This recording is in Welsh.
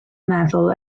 meddwl